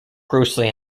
grossly